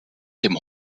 dem